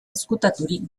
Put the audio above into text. ezkutaturik